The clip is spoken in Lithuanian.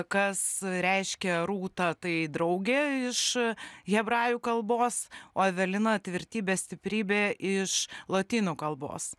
kas reiškia rūta tai draugė iš hebrajų kalbos o evelina tvirtybė stiprybė iš lotynų kalbos